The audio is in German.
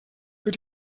über